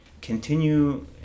continue